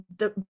the-